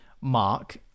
Mark